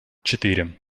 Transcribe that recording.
четыре